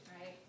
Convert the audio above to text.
right